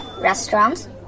restaurants